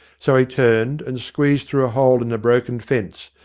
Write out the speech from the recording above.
so he turned and squeezed through a hole in the broken fence,